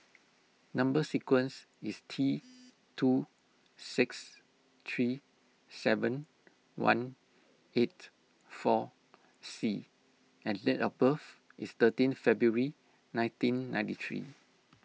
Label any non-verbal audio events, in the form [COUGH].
Number Sequence is T [NOISE] two six three seven one eight four C and date of birth is thirteen February nineteen ninety three